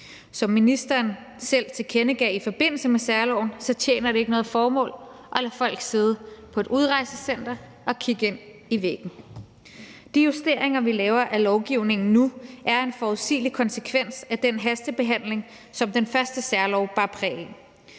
Som ministeren selv tilkendegav i forbindelse med særloven, tjener det ikke noget formål at lade folk sidde på et udrejsecenter og kigge ind i væggen. De justeringer, vi laver, af lovgivningen nu, er en forudsigelig konsekvens af den hastebehandling, som den første særlov bar præg af.